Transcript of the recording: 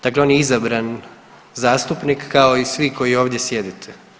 Dakle, on je izabran zastupnik kao i svi koji ovdje sjedite.